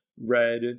Red